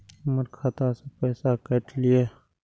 हमर खाता से पैसा काट लिए?